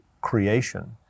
creation